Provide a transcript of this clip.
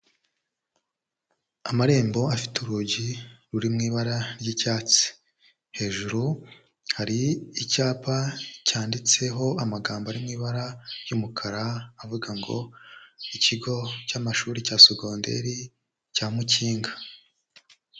Amarembo afite urugi ruri mu ibara ry'icyatsi, hejuru hari icyapa cyanditseho amagambo ari mu ibara ry'umukara avuga ngo ''Ikigo cy'Amashuri cya Sogonderi cya Mukinga''.